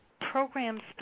programs